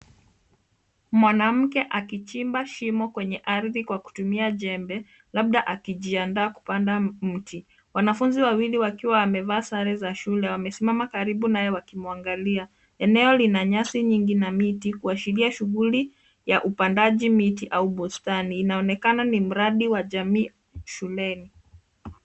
Mwanamke akichimba shimo kwenye ardhi kwa kutumia jembe, labda akijiandaa kupanda mti. Wanafunzi wawili wakiwa wamevaa sare za shule wamesimama karibu naye wakimwangalia. Eneo lina nyasi nyingi na miti kuashiria shughuli ya upandaji miti au bustani. Inaonekana ni mradi wa jamii shuleni.